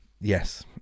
Yes